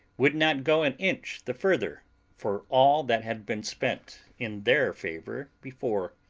would not go an inch the further for all that had been spent in their favour before.